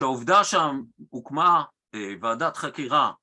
‫העובדה שם הוקמה ועדת חקירה.